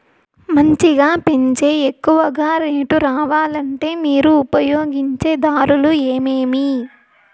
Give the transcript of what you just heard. మంచిగా పెంచే ఎక్కువగా రేటు రావాలంటే మీరు ఉపయోగించే దారులు ఎమిమీ?